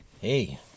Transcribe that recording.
Hey